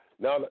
Now